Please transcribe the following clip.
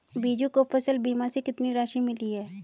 बीजू को फसल बीमा से कितनी राशि मिली है?